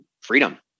freedom